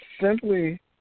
simply